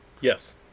Yes